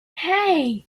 hey